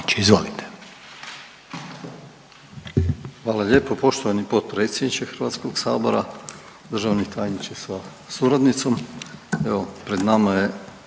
Hvala lijepo. Poštovani potpredsjedniče Hrvatskog sabora, državni tajniče sa suradnicom, evo pred nama je